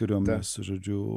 kariuomenės žodžiu